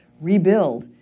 rebuild